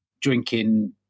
drinking